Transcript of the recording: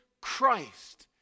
Christ